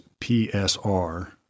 PSR